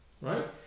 Right